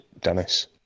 Dennis